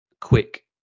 quick